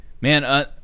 Man